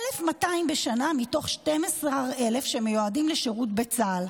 1,200 בשנה מתוך 12,000 שמיועדים לשירות בצה"ל.